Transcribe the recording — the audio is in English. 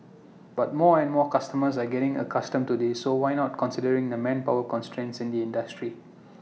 but more and more customers are getting accustomed to this so why not considering the manpower constraints in the industry